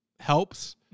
helps